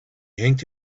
yanked